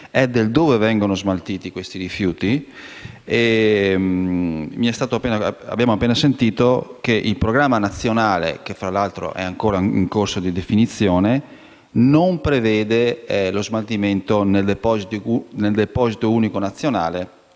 in cui vengono smaltiti i rifiuti in questione. Abbiamo appena sentito che il Programma nazionale, che tra l'altro è ancora in corso di definizione, prevede lo smaltimento nel Deposito unico nazionale